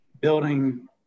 building